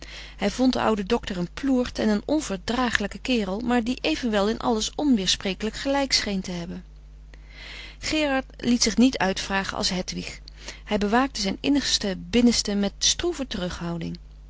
hij vond den ouden doctor een ploert en een onverdragelijke kerel maar die evenwel in alles onweersprekelijk gelijk scheen te hebben frederik van eeden van de koele meren des doods gerard liet zich niet uitvragen als hedwig hij bewaakte zijn innige binnenste met stroeve terughouding